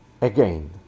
again